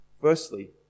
Firstly